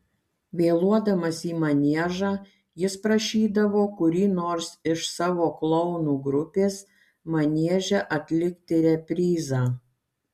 vėluodamas į maniežą jis prašydavo kurį nors iš savo klounų grupės manieže atlikti reprizą